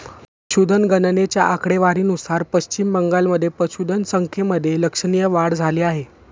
पशुधन गणनेच्या आकडेवारीनुसार पश्चिम बंगालमध्ये पशुधन संख्येमध्ये लक्षणीय वाढ झाली आहे